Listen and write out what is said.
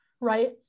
right